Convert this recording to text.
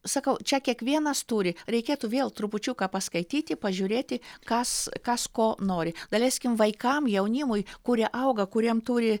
sakau čia kiekvienas turi reikėtų vėl trupučiuką paskaityti pažiūrėti kas kas ko nori daleiskim vaikam jaunimui kurie auga kuriem turi